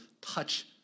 touch